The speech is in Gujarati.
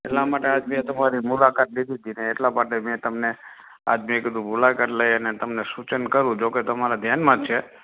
એટલા માટે આજ મેં તમારી મુલાકાત લીધી હતી ને એટલા માટે મેં તમને આજ મેં કીધું મુલાકાત લઈ અને તમને સૂચન કરું જો કે તમારા ધ્યાનમાં જ છે